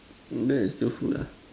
that is still food ah